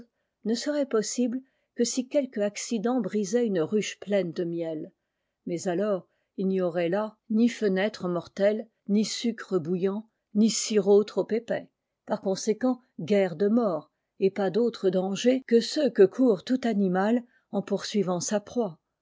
ne serait possible que si quelque accident brisait une ruche pleine de miel mais alors il n'y aurait là ni fenêtres mortelles ni sn re bouillant ni sirop trop épais par conséqu nt guère de morts et pas d'autres dangers que c ix la fondation de la cite iol joe court tout animal en poursuivant sa proie